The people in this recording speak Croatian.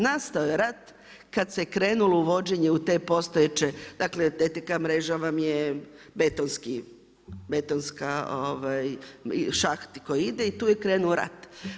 Nastao je rat, kad se krenulo uvođenje u te postojeće, dakle, DTK mreža vam je betonski šaht koji ide i tu je krenuo rat.